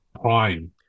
prime